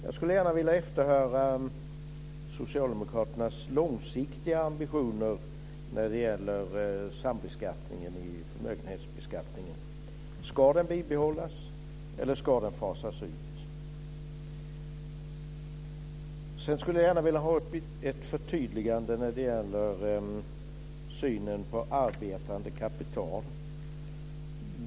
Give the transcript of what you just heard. Jag skulle gärna vilja efterhöra socialdemokraternas långsiktiga ambitioner när det gäller sambeskattningen av förmögenhetsskatten. Ska den bibehållas, eller ska den fasas ut? Sedan skulle jag vilja ha ett förtydligande när det gäller synen på arbetande kapital.